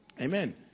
Amen